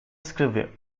escreveu